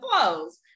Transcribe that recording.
flows